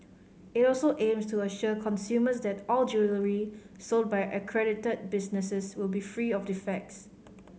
it also aims to assure consumers that all jewellery sold by accredited businesses will be free of defects